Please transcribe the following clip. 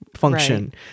function